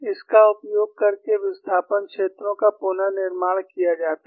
इसका उपयोग करके विस्थापन क्षेत्रों का पुनर्निर्माण किया जाता है